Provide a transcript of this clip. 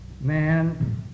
man